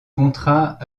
contrat